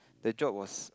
the job was